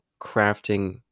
crafting